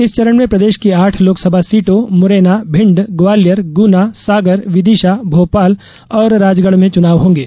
इस चरण में प्रदेश की आठ लोकसभा सीटों मुरैना भिण्ड ग्वालियर गुना सागर विदिशा भोपाल और राजगढ में चुनाव होंगे